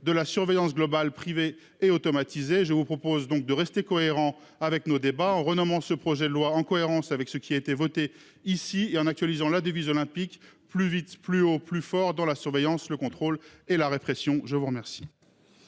de la surveillance globale privée et automatisé. Je vous propose donc de rester cohérent avec nos débats en renommant ce projet de loi en cohérence avec ce qui a été voté ici et en actualisant la devise olympique plus vite, plus haut, plus fort dans la surveillance, le contrôle et la répression. Je vous remercie.